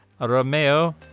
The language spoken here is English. Romeo